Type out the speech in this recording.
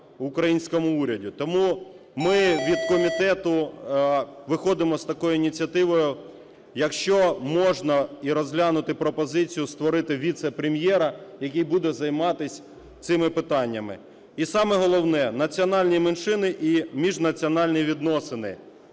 українському уряді. Тому ми від комітету виходимо з такою ініціативою, якщо можна, і розглянути пропозицію створити віце-прем'єра, який буде займатись цими питаннями. І саме головне – національні меншини і міжнаціональні відносини.